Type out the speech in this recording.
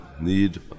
need